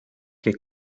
que